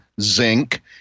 zinc